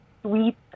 sweet